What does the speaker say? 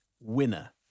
Winner